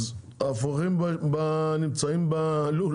אז האפרוחים נמצאים בלול,